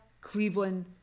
Cleveland